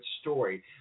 story